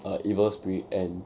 a evil spirit and